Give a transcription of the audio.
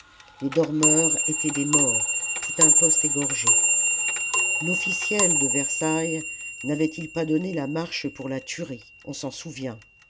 les dormeurs étaient des morts tout un poste égorgé l'officiel de versailles n'avait-il pas donné la marche pour la tuerie on s'en souvient